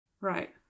right